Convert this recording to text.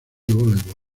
voleibol